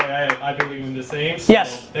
i believe in the same so. yes.